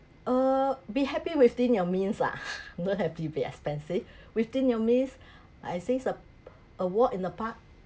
err be happy within your means [lah]know happy won't be expensive within your means I say a walk in the park